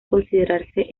considerarse